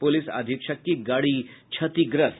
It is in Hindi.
पुलिस अधीक्षक की गाड़ी क्षतिग्रस्त